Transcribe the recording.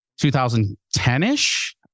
2010-ish